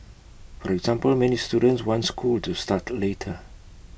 for example many students want school to start later